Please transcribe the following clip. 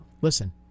Listen